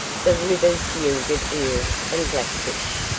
the rivers yielded eels and blackfish.